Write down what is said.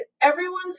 everyone's